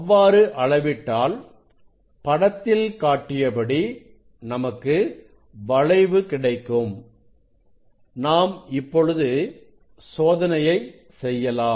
அவ்வாறு அளவிட்டால் படத்தில் காட்டியபடி நமக்கு வளைவு கிடைக்கும் நாம் இப்பொழுது சோதனையை செய்யலாம்